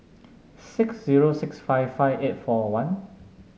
six zero six five five eight four one